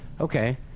Okay